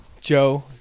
Joe